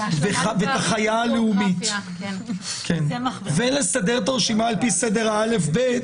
אם אפשר גם לסדר את הרשימה לפי סדר א'-ב'.